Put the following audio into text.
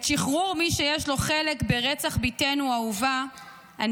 את שחרור מי שיש לו חלק ברצח בתנו האהובה אני